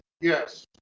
Yes